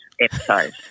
episode